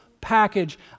package